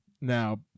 Now